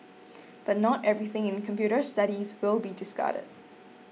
but not everything in computer studies will be discarded